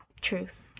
truth